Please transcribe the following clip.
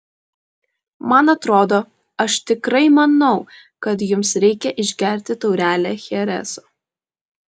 man atrodo aš tikrai manau kad jums reikia išgerti taurelę chereso